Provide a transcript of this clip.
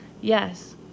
Yes